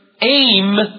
aim